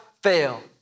Fail